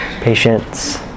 Patience